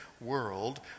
world